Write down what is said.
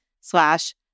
slash